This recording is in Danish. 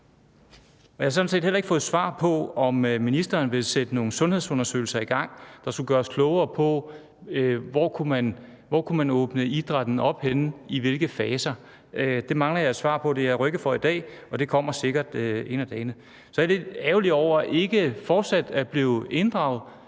set heller ikke fået svar på, om ministeren vil sætte nogle sundhedsundersøgelser i gang, der skal gøre os klogere på, hvor man kan åbne idrætten op og i hvilke faser. Det mangler jeg et svar på. Det har jeg rykket for i dag. Det kommer sikkert en af dagene. Så jeg er lidt ærgerlig over fortsat ikke at blive inddraget